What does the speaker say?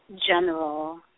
General